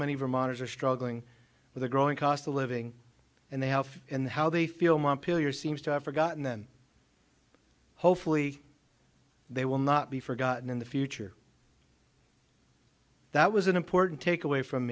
many vermonters are struggling with a growing cost of living and they have and how they feel montpelier seems to have forgotten then hopefully they will not be forgotten in the future that was an important take away from